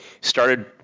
started